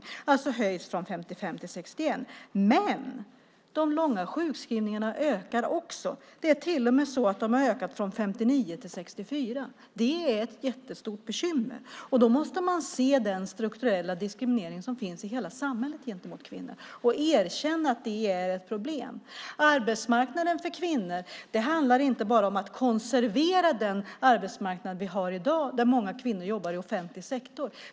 Det har alltså höjts från 55 till 61 procent. Men de långa sjukskrivningarna ökar också. Det är till och med så att de har ökat från 59 till 64 procent. Det är ett jättestort bekymmer, och då måste man se den strukturella diskriminering som finns gentemot kvinnor i hela samhället och erkänna att det är ett problem. Detta med arbetsmarknaden för kvinnor handlar inte bara om att konservera den arbetsmarknad som vi har i dag, där många kvinnor jobbar i offentlig sektor.